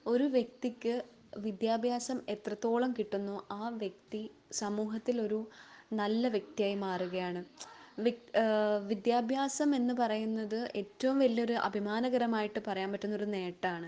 ഒരു വ്യക്തിക്ക് വിദ്യാഭ്യാസം എത്രത്തോളം കിട്ടുന്നോ ആ വ്യക്തി സമൂഹത്തിലൊരു നല്ല വ്യക്തിയായി മാറുകയാണ് വിദ്യാഭ്യാസം എന്ന് പറയുന്നത് ഏറ്റവും വലിയൊരു അഭിമാനകരമായിട്ട് പറയാൻ പറ്റുന്നൊരു നേട്ടമാണ്